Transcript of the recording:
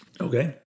Okay